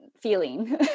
Feeling